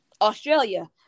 Australia